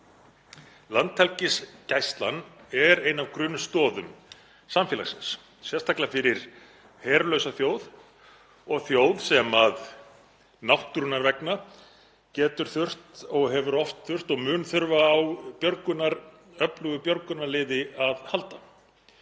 Landhelgisgæslan er ein af grunnstoðum samfélagsins, sérstaklega fyrir herlausa þjóð og þjóð sem náttúrunnar vegna getur þurft, hefur oft þurft og mun þurfa á öflugu björgunarliði að halda.